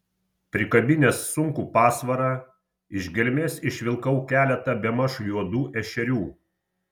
prikabinęs sunkų pasvarą iš gelmės išvilkau keletą bemaž juodų ešerių